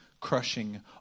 crushing